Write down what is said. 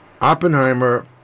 Oppenheimer